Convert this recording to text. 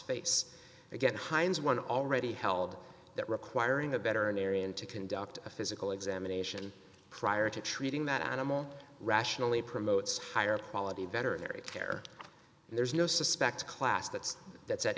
face again hines one already held that requiring a better than arion to conduct a physical examination prior to treating that animal rationally promotes higher quality veterinarian care and there is no suspect class that's that's at